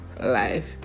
life